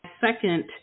second